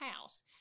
house